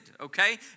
okay